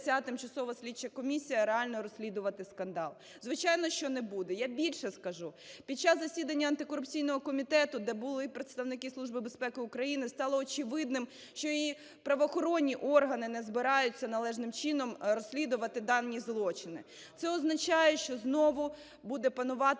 Тимчасова слідча комісія реально розслідувати скандал? Звичайно, що не буде. Я більше скажу, під час засідання Антикорупційного комітету, де були представники Служби безпеки України, стало очевидним, що і правоохоронні органи не збираються належним чином розслідувати дані злочини. Це означає, що знову буде панувати